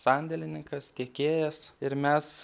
sandėlininkas tiekėjas ir mes